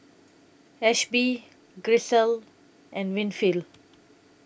Ashby Grisel and Winfield